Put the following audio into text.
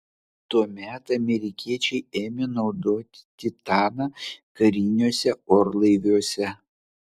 tuomet amerikiečiai ėmė naudoti titaną kariniuose orlaiviuose